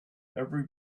every